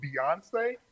beyonce